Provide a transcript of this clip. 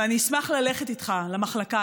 ואני אשמח ללכת איתך למחלקה,